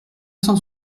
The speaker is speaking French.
cent